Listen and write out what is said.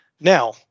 Now